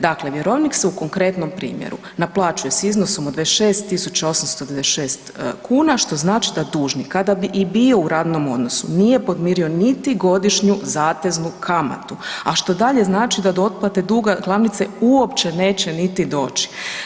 Dakle, vjerovnik se u konkretnom primjeru naplaćuje s iznosom od 26.896 kuna, što znači da dužnik kada bi i bio u radnom odnosu nije podmirio niti godišnju zateznu kamatu, a što dalje znači da do otplate duga glavnice uopće neće niti doći.